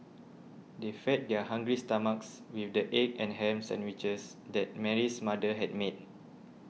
they fed their hungry stomachs with the egg and ham sandwiches that Mary's mother had made